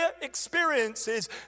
experiences